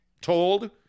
told